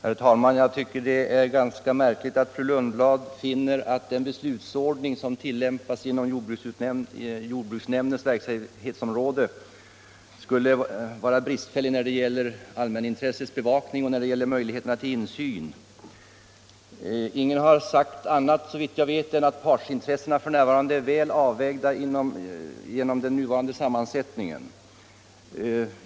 Herr talman! Jag tycker att det är ganska märkligt att fru Lundblad finner att den beslutsordning som tillämpas inom jordbruksnämndens verksamhetsområde skulle vara bristfällig när det gäller bevakningen av allmänhetens intressen och möjligheterna till insyn. Ingen har sagt annat, såvitt jag vet, än att partsintressena är väl avvägda genom den nuvarande sammansättningen.